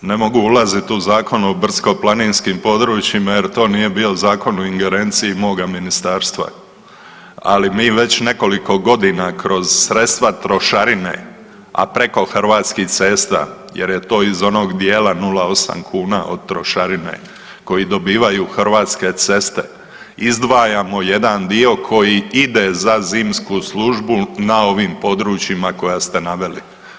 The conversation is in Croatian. Ne mogu ulaziti u Zakon o brdsko-planinskim područjima jer to nije bio zakon u ingerenciji moga ministarstva, ali mi već nekoliko godina kroz sredstva trošarine, a preko Hrvatskih cesta jer je to iz onog dijela 0,8 kuna od trošarine koji dobivaju Hrvatske ceste izdvajamo jedan dio koji ide za zimsku službu na ovim područjima koja ste naveli.